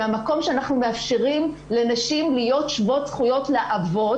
מהמקום שאנחנו מאפשרים לנשים להיות שוות זכויות לאבות